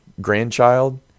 grandchild